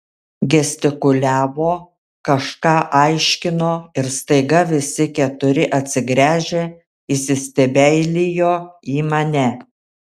gestikuliavo kažką aiškino ir staiga visi keturi atsigręžę įsistebeilijo į mane